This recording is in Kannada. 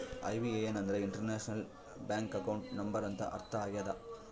ಐ.ಬಿ.ಎ.ಎನ್ ಅಂದ್ರೆ ಇಂಟರ್ನ್ಯಾಷನಲ್ ಬ್ಯಾಂಕ್ ಅಕೌಂಟ್ ನಂಬರ್ ಅಂತ ಅರ್ಥ ಆಗ್ಯದ